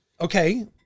Okay